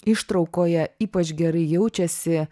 ištraukoje ypač gerai jaučiasi